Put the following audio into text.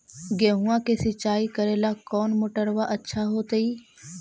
गेहुआ के सिंचाई करेला कौन मोटरबा अच्छा होतई?